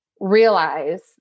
realize